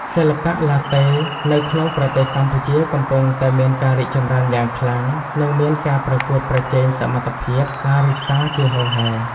សិល្បៈឡាតេនៅក្នុងប្រទេសកម្ពុជាកំពុងតែមានការរីកចម្រើនយ៉ាងខ្លាំង និងមានការប្រកួតប្រជែងសមត្ថភាពបារីស្តាជាហូរហែ។